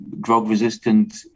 drug-resistant